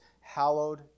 hallowed